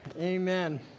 Amen